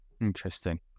Interesting